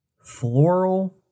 floral